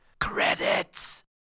Credits